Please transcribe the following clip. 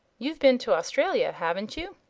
you've been to australia, haven't you?